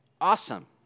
awesome